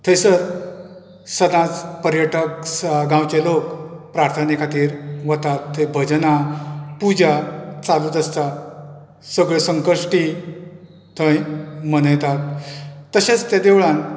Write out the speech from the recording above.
थंयसर सदांच पर्यटक गांवचे लोक प्रार्थने खातीर वतात थंय भजनां पुजा चालूच आसता सगळें संकश्टी थंय मनयतात तशेंच ते देवळांत